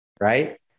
right